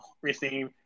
Receive